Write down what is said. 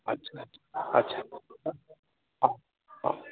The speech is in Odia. ଆଚ୍ଛା ଆଚ୍ଛା ଆଚ୍ଛା ହଉ